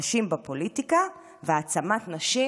נשים בפוליטיקה והעצמת נשים